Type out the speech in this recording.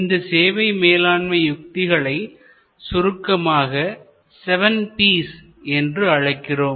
இந்த சேவை மேலாண்மை யுத்திகளை சுருக்கமாக செவன் P's seven P's என்றழைக்கிறோம்